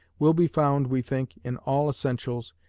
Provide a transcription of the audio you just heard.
will be found, we think, in all essentials,